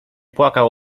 płakał